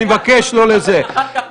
אני מבקש, הבנו, הערתך נשמעה.